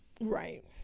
Right